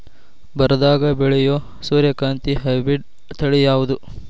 ಬರದಾಗ ಬೆಳೆಯೋ ಸೂರ್ಯಕಾಂತಿ ಹೈಬ್ರಿಡ್ ತಳಿ ಯಾವುದು?